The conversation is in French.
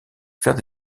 faire